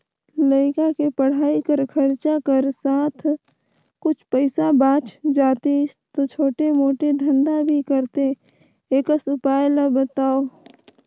लइका के पढ़ाई कर खरचा कर साथ कुछ पईसा बाच जातिस तो छोटे मोटे धंधा भी करते एकस उपाय ला बताव?